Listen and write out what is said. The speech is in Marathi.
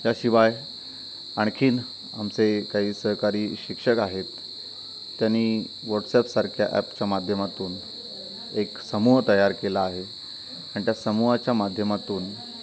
याशिवाय आणखी आमचे काही सहकारी शिक्षक आहेत त्यांनी व्हॉट्सॲपसारख्या ॲपच्या माध्यमातून एक समूह तयार केला आहे आणि त्या समूहाच्या माध्यमातून